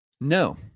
No